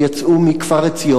הם יצאו מכפר-עציון,